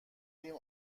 ریم